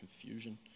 confusion